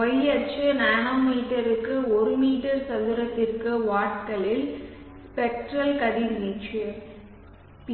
Y அச்சு நானோமீட்டருக்கு ஒரு மீட்டர் சதுரத்திற்கு வாட்களில் ஸ்பெக்ட்ரல் கதிர்வீச்சு Ps